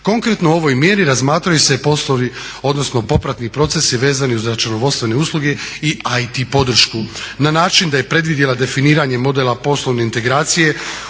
Konkretno ovoj mjeri razmatraju se poslovi odnosno popratni procesi vezani uz računovodstvene usluge i at podršku na način da je predvidjela definiranje modela poslovne integracije,